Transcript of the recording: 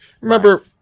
Remember